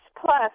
Plus